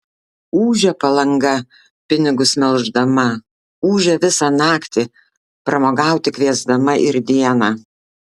ūžia palanga pinigus melždama ūžia visą naktį pramogauti kviesdama ir dieną